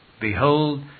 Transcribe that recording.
Behold